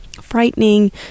frightening